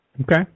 Okay